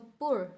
poor